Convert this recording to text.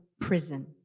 Prison